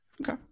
Okay